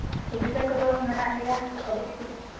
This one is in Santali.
ᱥᱩᱵᱤᱫᱷᱟ ᱠᱚᱫᱚ ᱢᱮᱱᱟᱜ ᱜᱮᱭᱟ ᱟᱹᱰᱤ ᱠᱤᱪᱷᱩ ᱜᱮ